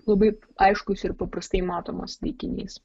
labai aiškus ir paprastai matomas taikinys